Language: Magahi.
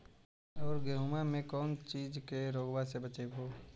अबर गेहुमा मे कौन चीज के से रोग्बा के बचयभो?